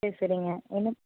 சரி சரிங்க என்ன